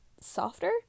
softer